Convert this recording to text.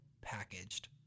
packaged